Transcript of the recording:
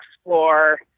explore